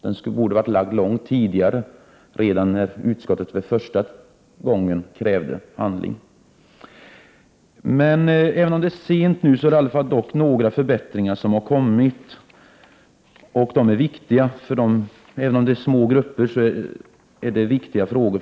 Den borde ha lagts fram långt tidigare, redan när utskottet första gången krävde handling. Men även om det är sent är det i alla fall några förbättringar som föreslås. Dessa förbättringar är viktiga för dem de berör. Även om det gäller små grupper är det för dem viktiga frågor.